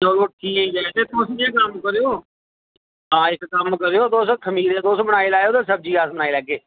चलो ठीक ऐ ते तुस इयां कम्म करेओ इक कम्म करेओ तुस खमीरे तुस बनाई लैएयो ते सब्जी अस बनाई लैगे